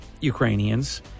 Ukrainians